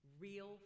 Real